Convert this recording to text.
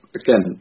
again